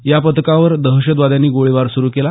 या पथकावर दहशतवाद्यांनी गोळीबार सुरू केला